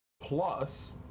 Plus